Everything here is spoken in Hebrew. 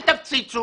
אל תפציצו